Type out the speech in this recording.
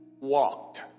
walked